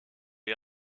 est